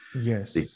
Yes